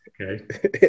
Okay